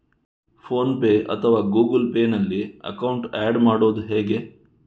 Phone pay ಅಥವಾ Google Pay ನಲ್ಲಿ account add ಮಾಡುವುದು ಹೇಗೆ?